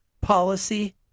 policy